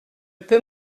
peux